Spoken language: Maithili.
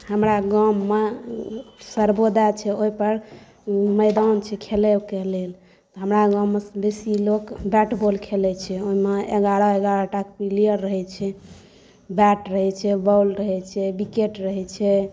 हमरा गाममे सर्वोदय छै ओहिपर मैदान छै खेलैके लेल हमरा गाममे बेसी लोक बैट बॉल खेलै छै ओहिमे एगारह एगारह टा प्लेयर रहै छै बैट रहै छै बॉल रहै छै विकेट रहै छै